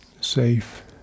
safe